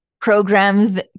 programs